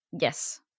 Yes